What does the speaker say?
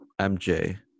MJ